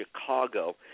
Chicago